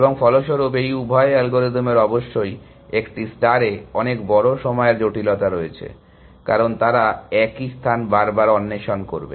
এবং ফলস্বরূপ এই উভয় অ্যালগরিদমের অবশ্যই একটি স্টারে অনেক বড় সময়ের জটিলতা রয়েছে কারণ তারা একই স্থান বারবার অন্বেষণ করবে